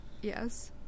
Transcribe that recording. Yes